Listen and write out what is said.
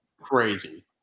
Crazy